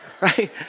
Right